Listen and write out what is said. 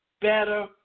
Better